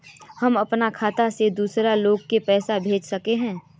हम अपना खाता से दूसरा लोग के पैसा भेज सके हिये?